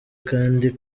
kandi